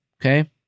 okay